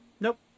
nope